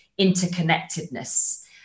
interconnectedness